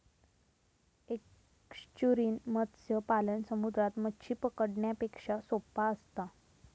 estuarine मत्स्य पालन समुद्रात मच्छी पकडण्यापेक्षा सोप्पा असता